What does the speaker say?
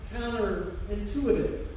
counterintuitive